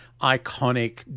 iconic